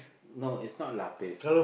no it's not lapis